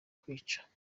kwica